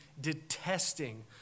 detesting